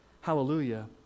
Hallelujah